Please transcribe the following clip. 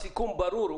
הסיכום ברור.